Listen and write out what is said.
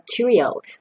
material